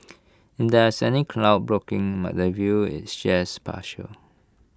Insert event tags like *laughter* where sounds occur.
if there were any cloud blocking *unintelligible* the view IT just partial